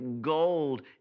gold